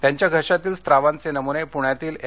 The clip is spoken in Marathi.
त्यांच्या घशातील स्त्रावांचे नमुने पूण्यातील एन